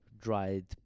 dried